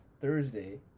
Thursday